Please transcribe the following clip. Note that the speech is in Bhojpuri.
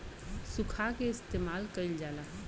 सुखा के इस्तेमाल कइल जाला